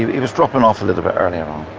he was dropping off a little bit earlier on.